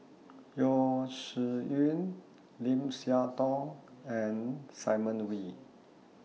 Yeo Shih Yun Lim Siah Tong and Simon Wee